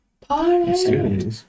Party